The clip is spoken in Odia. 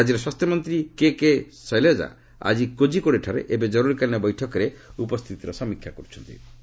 ରାଜ୍ୟ ସ୍ୱାସ୍ଥ୍ୟମନ୍ତ୍ରୀ କେ କେ ଶୈଳଜା ଆଜି କୋକିକୋଡେଠାରେ ଏବେ ଜରୁରୀକାଳୀନ ବୈଠକରେ ପରିସ୍ଥିତିର ସମୀକ୍ଷା କରିବେ